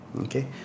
okay